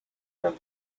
from